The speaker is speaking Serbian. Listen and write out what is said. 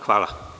Hvala.